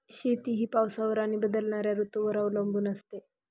शेती ही पावसावर आणि बदलणाऱ्या ऋतूंवर अवलंबून असते